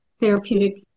therapeutic